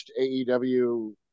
AEW